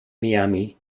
miami